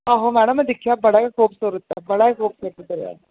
आहो मैडम में दिक्खेआ बड़ी गै खूबसूरत जगह् ऐ